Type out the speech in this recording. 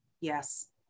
Yes